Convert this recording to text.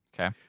Okay